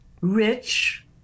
rich